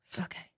Okay